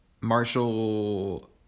Marshall